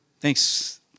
Thanks